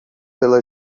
pela